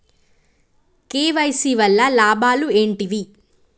KYC వల్ల లాభాలు ఏంటివి?